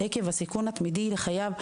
עקב הסיכון התמידי לחייו,